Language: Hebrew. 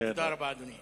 תודה רבה, אדוני.